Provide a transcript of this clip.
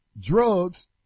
drugs